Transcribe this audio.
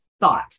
thought